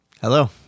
Hello